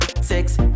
Six